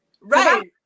right